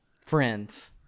Friends